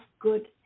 good